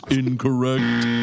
incorrect